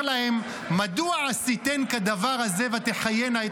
אומר להן: "מדוע עשיתן הדבר הזה ותחיין את